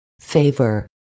Favor